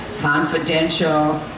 confidential